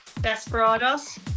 Desperados